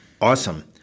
Awesome